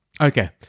Okay